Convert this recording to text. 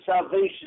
salvation